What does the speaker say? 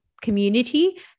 community